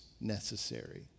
necessary